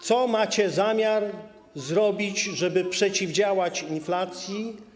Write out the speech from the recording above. Co macie zamiar zrobić, żeby przeciwdziałać inflacji?